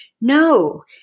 No